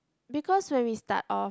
because when we start off